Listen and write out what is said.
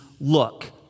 look